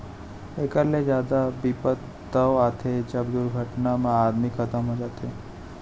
एकर ले जादा बिपत तव आथे जब दुरघटना म आदमी खतम हो जाथे